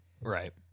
Right